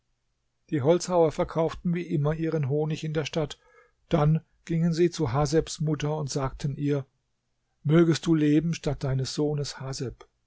die holzhauer verkauften wie immer ihren honig in der stadt dann gingen sie zu hasebs mutter und sagten ihr mögest du leben statt deines sohnes haseb